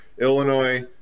Illinois